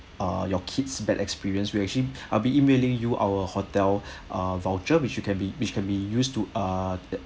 ah your kid's bad experience we actually I'll be emailing you our hotel ah voucher which you can be which can be used to err